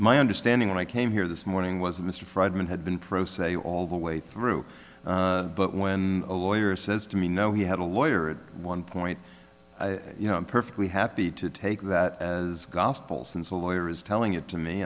my understanding and i came here this morning was that mr freidman had been pro se all the way through but when a lawyer says to me no he had a lawyer at one point you know i'm perfectly happy to take that as gospels and so lawyer is telling it to me